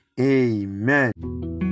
Amen